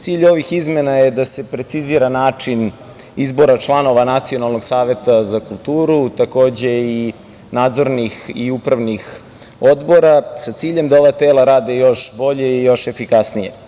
Cilj ovih izmena je da se precizira način izbora članova Nacionalnog saveta za kulturu, takođe i nadzornih i upravnih odbora, sa ciljem da ova tela rade još bolje i još efikasnije.